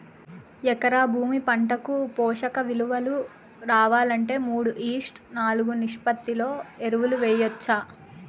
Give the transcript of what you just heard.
ఎకరా భూమి పంటకు పోషక విలువలు రావాలంటే మూడు ఈష్ట్ నాలుగు నిష్పత్తిలో ఎరువులు వేయచ్చా?